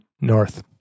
North